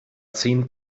zehn